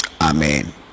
Amen